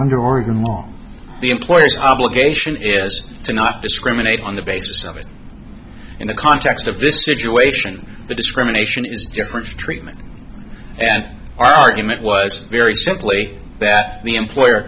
under oregon law the employers obligation is to not discriminate on the basis of it in the context of this situation the discrimination is different treatment and argument was very simply that the employer